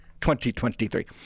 2023